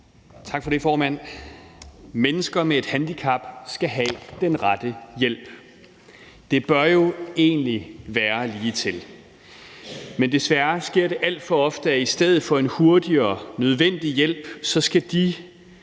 Tak for det, formand. Mennesker med et handicap skal have den rette hjælp. Det bør jo egentlig være ligetil, men desværre sker det alt for ofte, at i stedet for en hurtig og nødvendige hjælp skal de